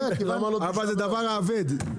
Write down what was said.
אבל זה דבר אבד.